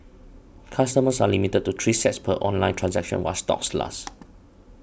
customers are limited to three sets per online transaction while stocks last